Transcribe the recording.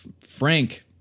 Frank